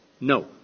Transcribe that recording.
no